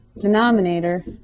denominator